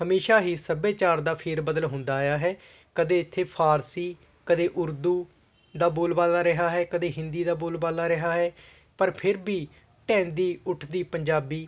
ਹਮੇਸ਼ਾ ਹੀ ਸੱਭਿਆਚਾਰ ਦਾ ਫੇਰ ਬਦਲ ਹੁੰਦਾ ਆਇਆ ਹੈ ਕਦੇ ਇੱਥੇ ਫ਼ਾਰਸੀ ਕਦੇ ਉਰਦੂ ਦਾ ਬੋਲਬਾਲਾ ਰਿਹਾ ਹੈ ਕਦੇ ਹਿੰਦੀ ਦਾ ਬੋਲਬਾਲਾ ਰਿਹਾ ਹੈ ਪਰ ਫਿਰ ਵੀ ਢਹਿੰਦੀ ਉੱਠਦੀ ਪੰਜਾਬੀ